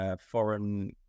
foreign